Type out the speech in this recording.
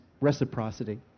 reciprocity